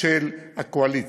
של הקואליציה.